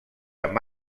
amb